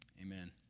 amen